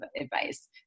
advice